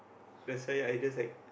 that's why I just like